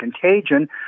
contagion